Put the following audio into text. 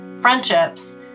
friendships